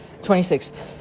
26th